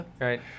Right